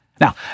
Now